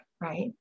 right